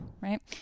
Right